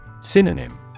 Synonym